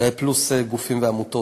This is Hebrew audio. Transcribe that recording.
פלוס גופים ועמותות.